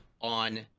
on